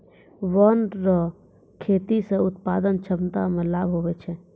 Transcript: वन रो खेती से उत्पादन क्षमता मे लाभ हुवै छै